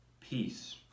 Peace